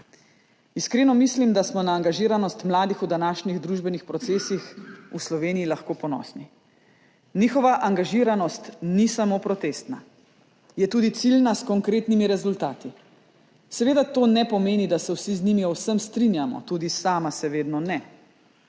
Iskreno mislim, da smo na angažiranost mladih v današnjih družbenih procesih v Sloveniji lahko ponosni. Njihova angažiranost ni samo protestna, je tudi ciljna, s konkretnimi rezultati. Seveda to ne pomeni, da se vsi z njimi o vsem strinjamo, tudi sama se vedno ne.